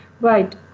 Right